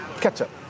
Ketchup